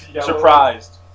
Surprised